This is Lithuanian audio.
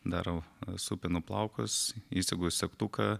darau supinu plaukus įsegų segtuką